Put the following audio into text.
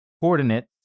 coordinate